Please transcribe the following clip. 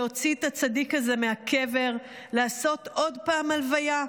להוציא את הצדיק הזה מהקבר, לעשות עוד פעם לוויה,